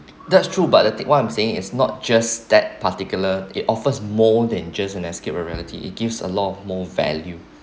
that's true but the thing what I'm seeing is not just that particular it offers more than just an escape a reality it gives a lot of more value